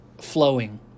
flowing